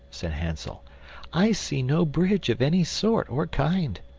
said hansel i see no bridge of any sort or kind.